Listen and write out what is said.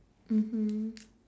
mmhmm